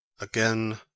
Again